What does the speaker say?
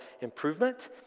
improvement